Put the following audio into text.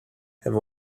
have